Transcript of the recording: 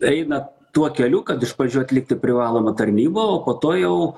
eina tuo keliu kad iš pradžių atlikti privalomą tarnybą o po to jau